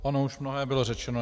Ono už mnohé bylo řečeno.